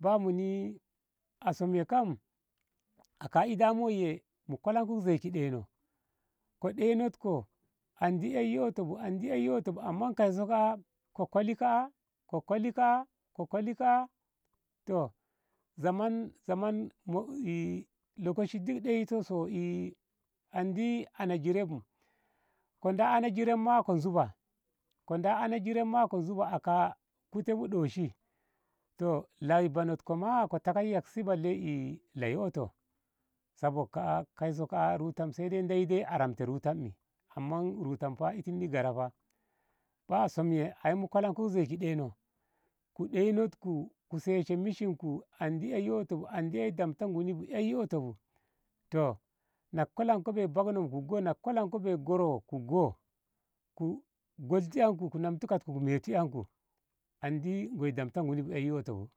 bai muni a som woi kam ka ida mu woi kolanko zei ki ɗeino ko ɗeinokko andi ei ƙoto bu andi ei ƙoto bu amma kaiso ka. a ko koli ka. a ko koli ka. a ko koli ka. a toh zaman zaman lokoci duk ɗeyito so e andi ana eni jire bu ko da ana jire ma ko zuba ko da ana jire ma ko zuba aka kute bu ɗoshi toh lai banok ma ko taka yiya ki si balle lai ƙoto sabok ka. a kaiso ka. a rutam sai dai ndeyi dai a ramte rutanni amma rutam fa itin ni gyera fa da som ye aimu kolanko zei ki ɗeino ku ɗeinok ku ku seshe mishiku andi ei ƙoto bu andi ei damta nguni bu andi ƙoto toh na ku kolanko bei babbno ku go ngu kolanko bei goro ngu go ku golti ƙanku ku namti katku ku metu ƙanku andi ngoi damta nguni bu ei ƙoto bu.